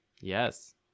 Yes